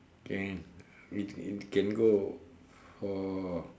can which it can go for